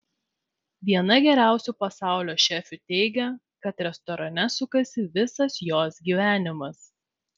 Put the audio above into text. viena geriausių pasaulio šefių teigia kad restorane sukasi visas jos gyvenimas